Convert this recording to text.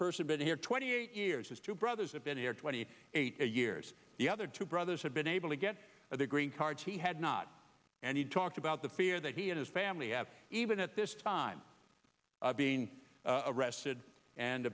person been here twenty eight years his two brothers have been here twenty eight years the other two brothers have been able to get their green cards he had not and he talked about the fear that he and his family have even at this time being arrested and